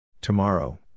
Tomorrow